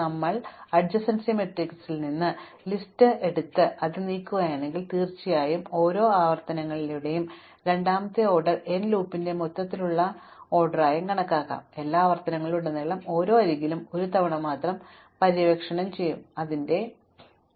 അതിനാൽ ഞങ്ങൾ സമീപസ്ഥല മാട്രിക്സിൽ നിന്ന് സമീപസ്ഥല ലിസ്റ്റ് പ്രാതിനിധ്യത്തിൽ നിന്ന് നീങ്ങുകയാണെങ്കിൽ തീർച്ചയായും ഓരോ ആവർത്തനങ്ങളിലെയും രണ്ടാമത്തെ ഓർഡർ n ലൂപ്പിനെ മൊത്തത്തിലുള്ള ഓർഡർ n വിലയായി കണക്കാക്കാം കാരണം എല്ലാ ആവർത്തനങ്ങളിലുടനീളം ഞങ്ങൾ ഓരോ അരികിലും ഒരുതവണ മാത്രം പര്യവേക്ഷണം ചെയ്യും ഞങ്ങൾ അതിന്റെ ഉറവിട ശീർഷകം കത്തിക്കുന്നു